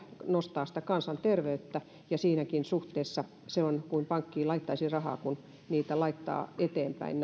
nostaa kansan terveyttä ja siinäkin suhteessa se on kuin pankkiin laittaisi rahaa kun näitä palveluja laittaa eteenpäin